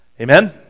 Amen